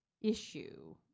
issue